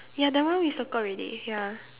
ya that one we circled already ya